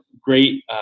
great